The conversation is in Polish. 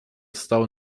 stał